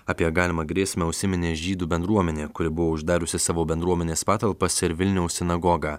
apie galimą grėsmę užsiminė žydų bendruomenė kuri buvo uždariusi savo bendruomenės patalpas ir vilniaus sinagogą